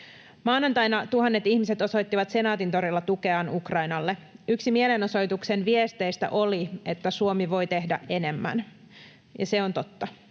Maanantaina tuhannet ihmiset osoittivat Senaatintorilla tukeaan Ukrainalle. Yksi mielenosoituksen viesteistä oli, että Suomi voi tehdä enemmän, ja se on totta.